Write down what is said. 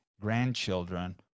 grandchildren